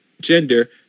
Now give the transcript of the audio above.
gender